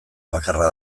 bakarra